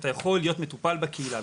אתה יכול להיות מטופל בקהילה.